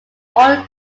all